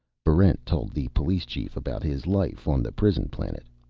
barrent told the police chief about his life on the prison planet.